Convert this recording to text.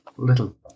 Little